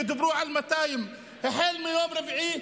ודיברו על 200 החל מיום רביעי,